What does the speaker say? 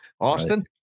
Austin